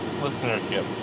listenership